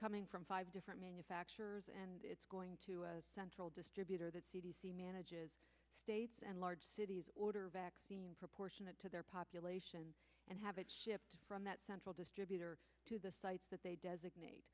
coming from five different manufacturers and it's going to a central distributor that manages states and large cities order vaccine proportionate to their population and have it shipped from that central distributor to the sites that they designate